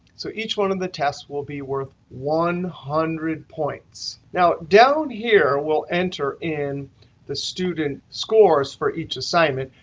so each one of the tests will be worth one hundred points. now, down here, we'll enter in the student scores for each assignment.